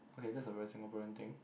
okay that's a very Singaporean thing